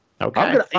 Okay